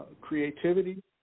creativity